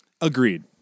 Agreed